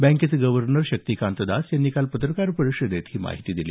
बँकेचे गर्व्हनर शक्तिकांत दास यांनी काल पत्रकार परिषदेत ही माहिती दिली